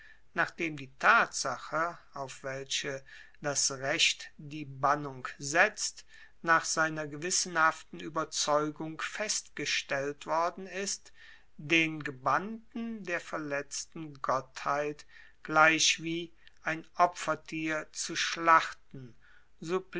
nachdem die tatsache auf welche das recht die bannung setzt nach seiner gewissenhaften ueberzeugung festgestellt worden ist den gebannten der verletzten gottheit gleichwie ein opfertier zu schlachten